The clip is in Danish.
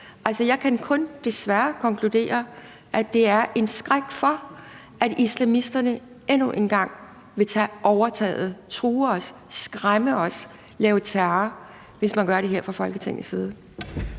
jeg kan desværre kun konkludere, at det er en skræk for, at islamisterne endnu en gang vil få overtaget og true os, skræmme os, lave terror, hvis man gør det her fra Folketingets side.